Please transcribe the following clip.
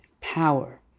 power